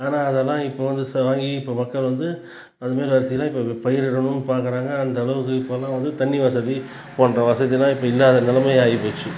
ஆனால் அதலாம் இப்போ வந்து வாங்கி மக்கள் வந்து அதுமாதிரி அரிசி எல்லாம் இப்போ பயிரிடணும்னு பார்க்குறாங்க அந்தளவுக்கு இப்போலாம் வந்து தண்ணி வசதி போன்ற வசதிலாம் இப்போ இல்லாத நிலைமை ஆயிப்போச்சு